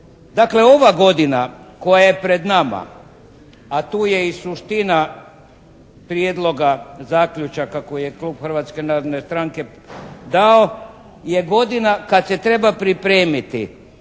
Dakle, ova godina koja je pred nama a tu je i suština prijedloga zaključaka koje je klub Hrvatske narodne strane dao je godina kad se treba pripremiti